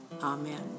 Amen